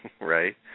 right